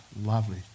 lovely